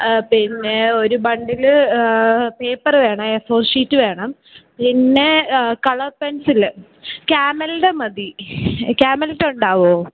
അ പിന്നേ ഒരു bundle paper വേണം ഏ ഫോർ ഷീറ്റ് വേണം പിന്നെ അ കളർ പെൻസിൽ ക്യാമലിന്റെ മതി ക്യാമലിന്റെ ഉണ്ടാകുമോ